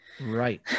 Right